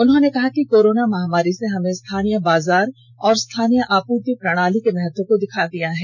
उन्होंने कहा कि कोरोना महामारी ने हमें स्थानीय बाजार और स्थानीय आपूर्ति प्रणाली के महत्व को दिखा दिया है